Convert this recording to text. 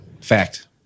Fact